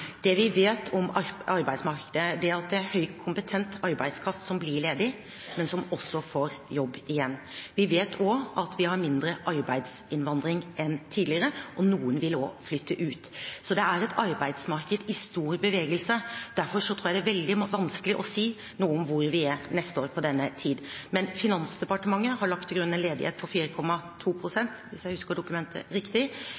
Det vi vet om arbeidsmarkedet, er at det er høyt kompetent arbeidskraft som blir ledig, men som også får jobb igjen. Vi vet også at vi har mindre arbeidsinnvandring enn tidligere. Noen vil også flytte ut. Så det er et arbeidsmarked i stor bevegelse. Derfor tror jeg det er veldig vanskelig å si noe om hvor vi er neste år på denne tid. Men Finansdepartementet har lagt til grunn en ledighet på 4,2 pst. – hvis jeg husker dokumentet riktig